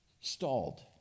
stalled